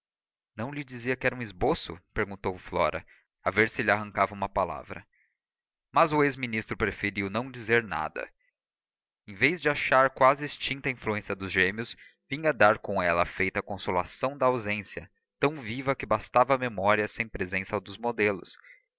não lhe dizia que era um esboço perguntou flora a ver se lhe arrancava uma palavra mas o ex ministro preferiu não dizer nada em vez de achar quase extinta a influência dos gêmeos vinha dar com ela feita consolação da ausência tão viva que bastava a memória sem presença dos modelos